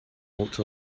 walked